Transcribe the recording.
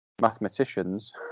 mathematicians